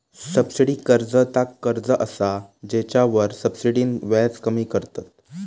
subsidy कर्ज ता कर्ज असा जेच्यावर सब्सिडीन व्याज कमी करतत